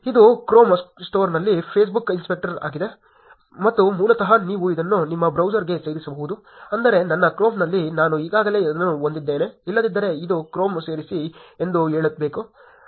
ಇದು ಕ್ರೋಮ್ ಸ್ಟೋರ್ನಲ್ಲಿ Facebook inspector ಆಗಿದೆ ಮತ್ತು ಮೂಲತಃ ನೀವು ಇದನ್ನು ನಿಮ್ಮ ಬ್ರೌಸರ್ಗೆ ಸೇರಿಸಬಹುದು ಅಂದರೆ ನನ್ನ ಕ್ರೋಮ್ನಲ್ಲಿ ನಾನು ಈಗಾಗಲೇ ಅದನ್ನು ಹೊಂದಿದ್ದೇನೆ ಇಲ್ಲದಿದ್ದರೆ ಅದು ಕ್ರೋಮ್ಗೆ ಸೇರಿಸಿ ಎಂದು ಹೇಳಬೇಕು